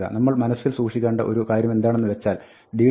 നമ്മൾ മനസ്സിൽ സൂക്ഷിക്കേണ്ട ഒരു കാര്യമെന്താണെന്നുവെച്ചാൽ d